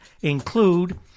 include